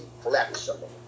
flexible